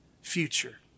future